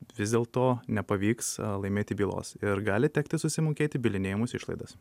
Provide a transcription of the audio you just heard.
vis dėlto nepavyks laimėti bylos ir gali tekti susimokėti bylinėjimosi išlaidas